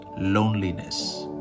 loneliness